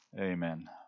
Amen